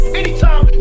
anytime